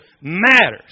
matters